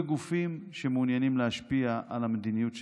וגופים שמעוניינים להשפיע על המדיניות שתיקבע.